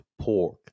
pork